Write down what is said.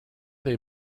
they